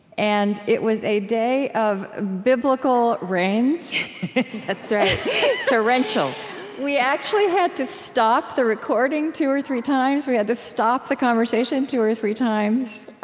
and it was a day of biblical rains that's right torrential we actually had to stop the recording two or three times we had to stop the conversation two or three times.